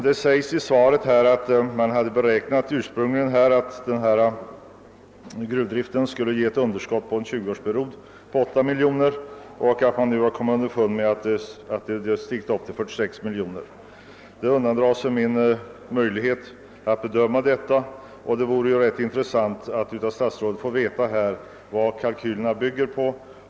Det sägs i svaret att man ursprungligen hade beräknat att gruvdriften skulle ge ett underskott på 8 miljoner kronor under en 20-årsperiod. Man har nu kommit underfund med att underskottet skulle stiga till 46 miljoner kronor. Denna uppgift undandrar sig mitt bedömande, och det vore därför rätt intressant att av statsrådet få veta vad kalkylerna bygger på.